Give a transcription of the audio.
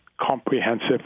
comprehensive